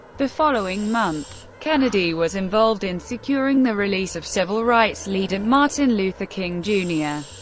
the following month, kennedy was involved in securing the release of civil rights leader martin luther king jr.